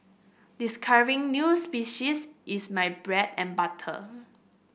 discovering new species is my bread and butter